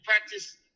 practice